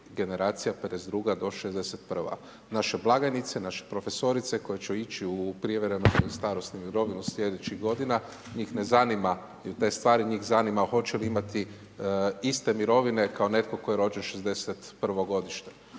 generacija '52. do '61.. Naše blagajnice, naše profesorice koje će ići u privremenu starosnu mirovinu sljedećih godina njih ne zanimaju te stvari, njih zanima hoće li imati iste mirovine kao netko tko je rođen '61. godište.